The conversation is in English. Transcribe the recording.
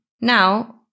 Now